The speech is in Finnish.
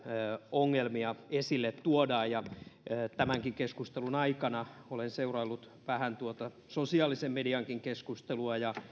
ongelmia esille tuodaan tämänkin keskustelun aikana olen seuraillut vähän tuota sosiaalisen mediankin keskustelua ja